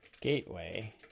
gateway